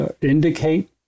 indicate